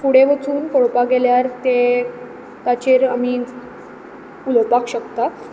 फुडें वचून पळोवपाक गेल्यार ते ताचेर आमी उलोवपाक शकतात